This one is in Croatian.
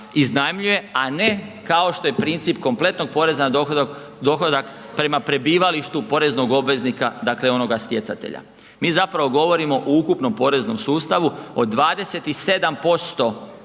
iznajmljuje, a ne kao što je princip kompletnog poreza na dohodak, prema prebivalištu poreznog obveznika, dakle onoga stjecatelja. Mi zapravo govorimo o ukupnom poreznom sustavu od 27%